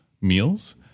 meals